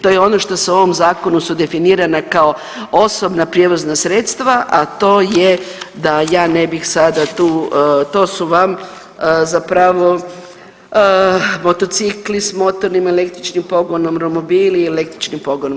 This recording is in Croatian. To je ono što se u ovom zakonu su definirana kao osobna prijevozna sredstva, a to je da je ne bih sada tu, to su vam zapravo motocikli s motornim električnim pogonom, romobili električnim pogonom.